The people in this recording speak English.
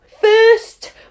First